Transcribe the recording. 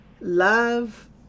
love